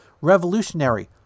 Revolutionary